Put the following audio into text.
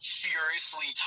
furiously